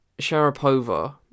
Sharapova